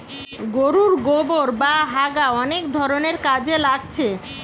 গোরুর গোবোর বা হাগা অনেক ধরণের কাজে লাগছে